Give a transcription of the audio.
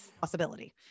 possibility